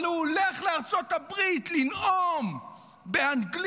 אבל הוא הולך לארצות הברית לנאום באנגלית,